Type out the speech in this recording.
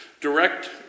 direct